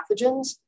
pathogens